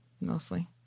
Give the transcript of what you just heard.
mostly